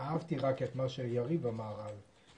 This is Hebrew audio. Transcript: אהבתי את מה שאמר אז יריב,